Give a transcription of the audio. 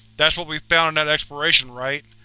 that's what we found in that exploration, right?